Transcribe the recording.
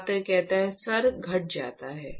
छात्र सर घट जाता है